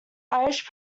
irish